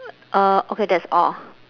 uh okay that's all